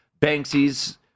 Banksy's